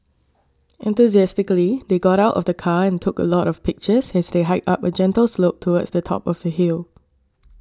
enthusiastically they got out of the car and took a lot of pictures as they hiked up a gentle slope towards the top of the hill